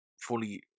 fully